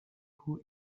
who